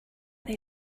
they